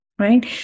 Right